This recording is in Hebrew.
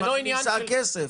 אבל היא מכניסה כסף.